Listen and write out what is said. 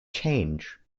change